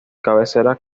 cabecera